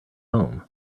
home